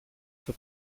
στο